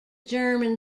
german